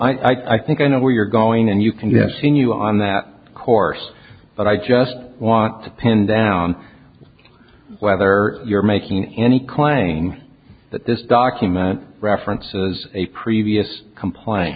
w i think i know where you're going and you can have seen you on that course but i just want to pin down whether you're making any claim that this document references a previous complying